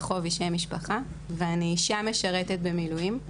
רחובי זה השם משפחה ואני אישה משרתת במילואים.